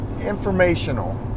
Informational